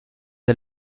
der